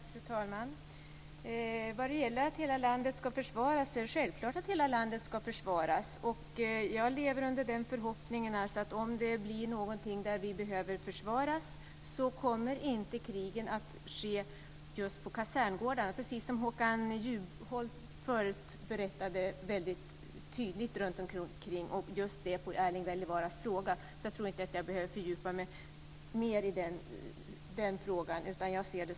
Fru talman! Vad gäller att hela landet ska försvaras vill jag säga att det är självklart att så ska ske. Jag lever i den förhoppningen att om det uppstår ett läge där vi behöver försvara oss, kommer kriget inte att utkämpas just på kaserngårdarna. Håkan Juholt redogjorde tidigare väldigt tydligt för detta på Erling Wälivaaras fråga, så jag tror inte att jag behöver fördjupa mig mer i den frågan.